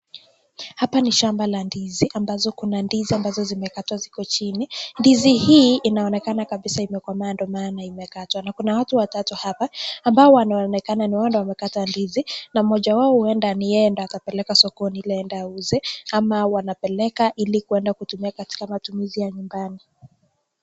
Hapa ni shamba la ndizi ambazo kuna ndizi ambazo zimekatwa ziko chini. Ndizi hii inaonekana kabisa imekomaa ndio maana imekatwa. Na kuna watu watatu hapa ambao wanaonekana ni wao ndio wamekata ndizi na mmoja wao huenda ni yeye ndio anapeleka sokoni ilienda auze ama wanapeleka ili kwenda kutumia katika matumizi ya nyumbani.